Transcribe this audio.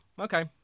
okay